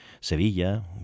Sevilla